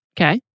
Okay